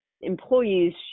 employees